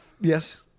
yes